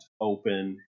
open